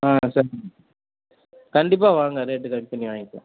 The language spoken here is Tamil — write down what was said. ஆ சரிம்மா கண்டிப்பாக வாங்க ரேட்டு கம்மி பண்ணி வாங்கிக்கலாம்